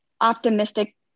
optimistic